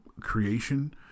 creation